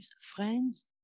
friends